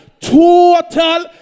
total